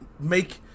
make